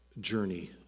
journey